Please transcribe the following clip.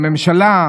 בממשלה,